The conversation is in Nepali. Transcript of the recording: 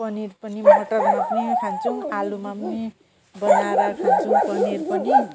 पनिर पनि मटरमा पनि खान्छौँ आलुमा पनि बनाएर खान्छौँ पनिर पनि